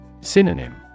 Synonym